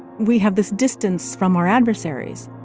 we have this distance from our adversaries.